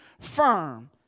firm